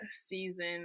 season